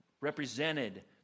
represented